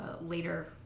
later